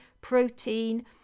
protein